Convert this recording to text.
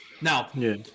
Now